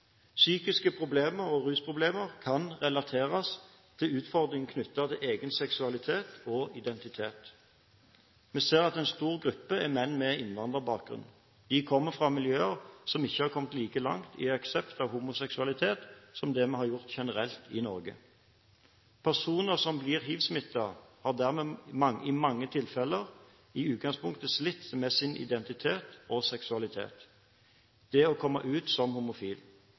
Psykiske problemer og rusproblemer kan relateres til utfordringer knyttet til egen seksualitet og identitet. Vi ser at en stor gruppe er menn med innvandrerbakgrunn. De kommer fra miljøer som ikke har kommet like langt i aksept av homoseksualitet som det vi har gjort generelt i Norge. Personer som blir hivsmittet, har dermed i mange tilfeller i utgangspunktet slitt med sin identitet og seksualitet – det å komme ut som homofil.